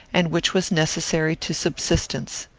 and which was necessary to subsistence.